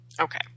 Okay